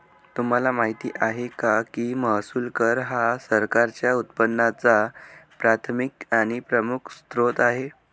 तुम्हाला माहिती आहे का की महसूल कर हा सरकारच्या उत्पन्नाचा प्राथमिक आणि प्रमुख स्त्रोत आहे